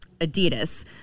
Adidas